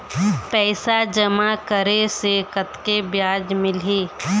पैसा जमा करे से कतेक ब्याज मिलही?